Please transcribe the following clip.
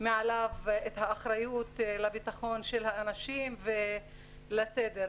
מעליו את האחריות לביטחון של האנשים ולסדר.